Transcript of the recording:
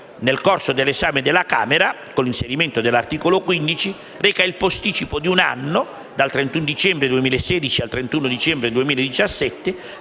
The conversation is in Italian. nel corso dell'esame della Camera, con l'inserimento dell'articolo 15, reca il posticipo di un anno, dal 31 dicembre 2016 al 31 dicembre 2017,